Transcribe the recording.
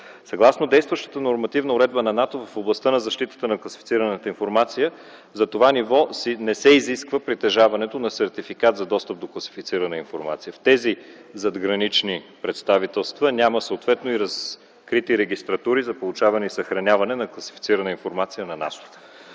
Съгласно действащата нормативна уредба на НАТО в областта на защитата на класифицираната информация за това ниво не се изисква притежаването на сертификат за достъп до класифицирана информация. В тези задгранични представителства няма съответно и разкрити регистратури за получаване и съхраняване на класифицирана информация на НАТО.